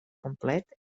complet